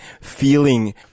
feeling